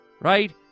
right